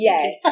Yes